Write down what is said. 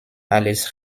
alles